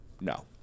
no